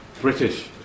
British